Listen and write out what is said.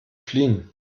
fliehen